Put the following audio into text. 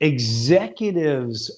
Executives